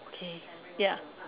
okay ya